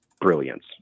brilliance